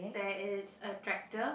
there is a tractor